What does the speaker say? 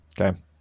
Okay